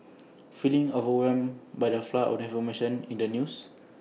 feeling overwhelmed by the flood of information in the news